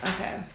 Okay